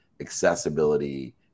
accessibility